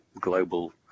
global